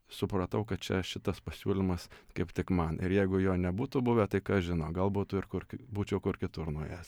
supratau kad čia šitas pasiūlymas kaip tik man ir jeigu jo nebūtų buvę tai kas žino gal būtų ir kur k būčiau kur kitur